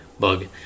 bug